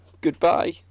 Goodbye